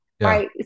right